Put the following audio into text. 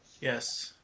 Yes